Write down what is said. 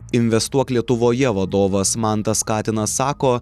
investuok lietuvoje vadovas mantas katinas sako